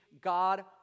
God